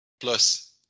Plus